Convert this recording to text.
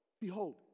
behold